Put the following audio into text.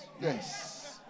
Yes